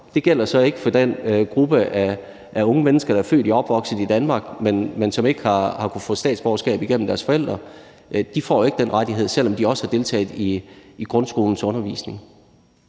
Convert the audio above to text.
Det gælder så ikke for den gruppe af unge mennesker, der er født og opvokset i Danmark, men som ikke har kunnet få dansk statsborgerskab igennem deres forældre; de får jo ikke den rettighed, selv om de også har deltaget i grundskolens undervisning.